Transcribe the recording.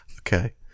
Okay